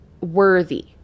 worthy